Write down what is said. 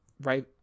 right